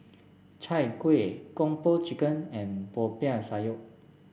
Chai Kuih Kung Po Chicken and Popiah Sayur